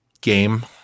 game